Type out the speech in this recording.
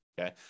Okay